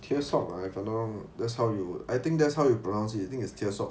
tier salt that's how you I think that's how you pronounce it I think it's tier salt